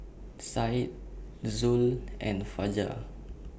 Said Zul and Fajar